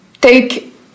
take